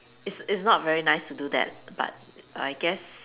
it's it's not very nice to do that but I guess